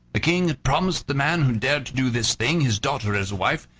the king had promised the man who dared to do this thing his daughter as wife,